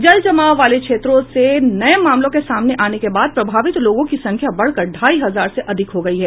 जलजमाव वाले क्षेत्रों से नये मामलों के सामने आने के साथ प्रभावित लोगों की संख्या बढ़कर ढ़ाई हजार से अधिक हो गयी है